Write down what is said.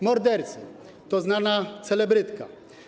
Mordercy - to znana celebrytka.